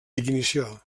ignició